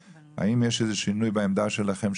אני רוצה לדעת: האם יש איזשהו שינוי בעמדה שלכם,